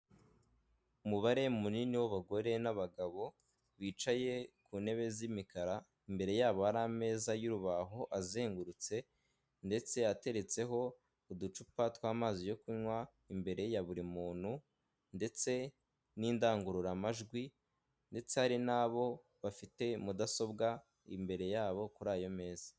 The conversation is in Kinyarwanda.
Umubare munini w'abagore n'abagabo wicaye ku ntebe z'imikara imbere yabo hari ari ameza y'urubaho azengurutse, ndetse ateretseho uducupa tw'amazi yo kunywa imbere ya buri muntu ndetse n'indangururamajwi, ndetse hari n'abo bafite mudasobwa imbere yabo kuri ayo meza.